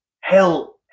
Hell